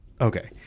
okay